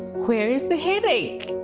where is the headache?